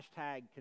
hashtag